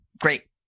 great